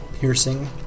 piercing